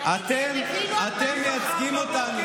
אתם מייצגים אותנו.